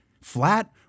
Flat